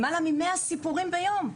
ממאה סיפורים ביום,